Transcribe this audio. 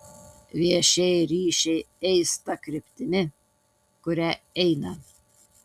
viešieji ryšiai eis ta kryptimi kuria eina